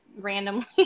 randomly